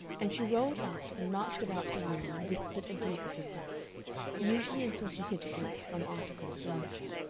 and she rolled out and marched about her room and whispered abuse of herself usually until she hit against some article of furniture.